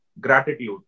gratitude